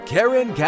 Karen